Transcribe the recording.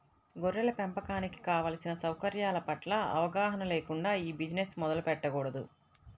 గొర్రెల పెంపకానికి కావలసిన సౌకర్యాల పట్ల అవగాహన లేకుండా ఈ బిజినెస్ మొదలు పెట్టకూడదు